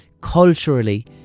culturally